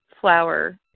flower